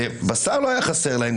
בשר לא היה חסר להם,